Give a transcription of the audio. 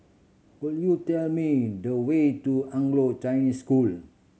could you tell me the way to Anglo Chinese School